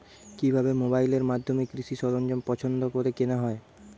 কিভাবে মোবাইলের মাধ্যমে কৃষি সরঞ্জাম পছন্দ করে কেনা হয়?